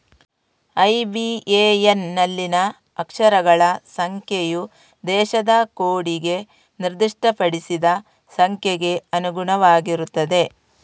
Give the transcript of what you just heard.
IBAN ನಲ್ಲಿನ ಅಕ್ಷರಗಳ ಸಂಖ್ಯೆಯು ದೇಶದ ಕೋಡಿಗೆ ನಿರ್ದಿಷ್ಟಪಡಿಸಿದ ಸಂಖ್ಯೆಗೆ ಅನುಗುಣವಾಗಿರುತ್ತದೆ